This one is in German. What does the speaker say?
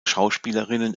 schauspielerinnen